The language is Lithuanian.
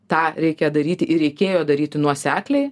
tą reikia daryti ir reikėjo daryti nuosekliai